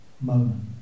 moment